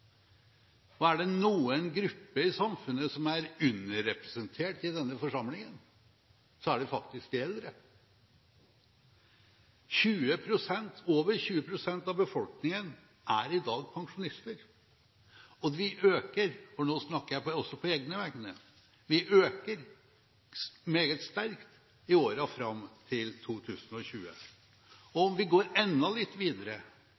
Og er det en gruppe i samfunnet som er underrepresentert i denne forsamlingen, er det faktisk de eldre. Over 20 pst. av befolkningen er i dag pensjonister, og vi øker i antall – og nå snakker jeg også på egne vegne. Vi øker meget sterkt i årene fram til 2020. Om vi går litt videre